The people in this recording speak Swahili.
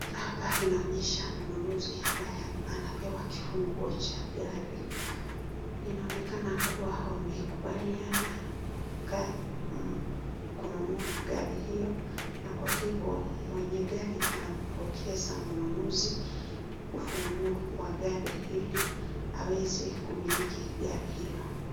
Hapa inaonyesha mnunuzi ambaye anapewa kifunguo cha gari. Inaonekana kuwa wamekubaliana kununua gari hiyo, na kwa hivyo mwenye gari anampokeza mnunuzi ufunguo wa gari ili aweze kumiliki gari hilo.